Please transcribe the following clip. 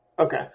Okay